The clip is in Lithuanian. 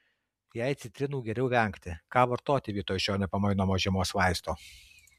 jei citrinų geriau vengti ką vartoti vietoj šio nepamainomo žiemos vaisto